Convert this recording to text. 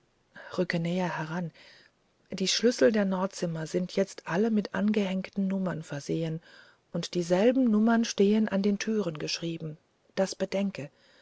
dieschlüsselrückenäher heran die schlüssel der nordzimmer sind jetzt alle mit angehängten nummern versehen und dieselben nummern stehen an den türen geschrieben das bedenke